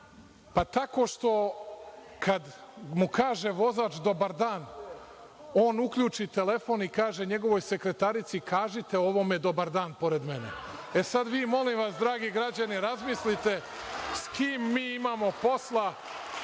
– tako što kada mu kaže vozač „dobar dan“, on uključi telefon i kaže njegovoj sekretarici – „kažite ovome dobar dan pored mene“. Sada vi dragi građani razmislite sa kim mi imamo posla